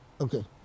Okay